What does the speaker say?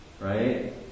right